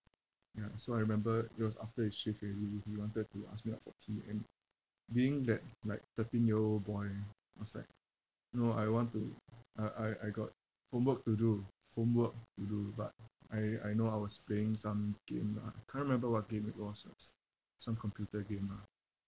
ya so I remember it was after his shift already he wanted to ask me out for tea and being that like thirteen year old boy ah I was like no I want to I I I got homework to do homework to do but I I know I was playing some game lah I can't remember what game it was s~ some computer game ah